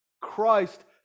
Christ